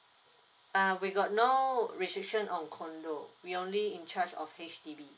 uh we got no restriction on condominium we only in charged of H_D_B